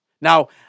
Now